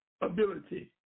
ability